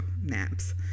naps